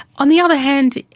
on the other hand,